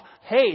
hey